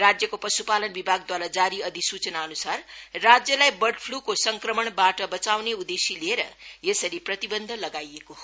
राज्यको पशुपालन विभागद्वारा जारी अधिसूचना अनुसार राज्यलाई बर्ड फ्लूको संक्रमणबाट बचाउने उद्देश्य लिए यसरी प्रतिबन्ध लगाईएको हो